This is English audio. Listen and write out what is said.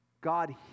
God